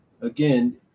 Again